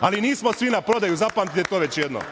Ali, nismo svi na prodaju, zapamtite to već jednom.